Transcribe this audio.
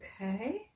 Okay